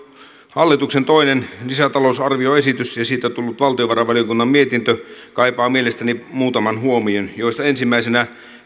hallituksen toinen lisätalousarvioesitys ja siitä tullut valtiovarainvaliokunnan mietintö kaipaavat mielestäni muutaman huomion joista ensimmäisenä